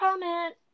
comment